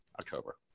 October